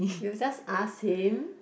you just ask him